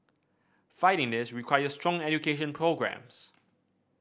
fighting this requires strong education programmes